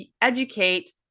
educate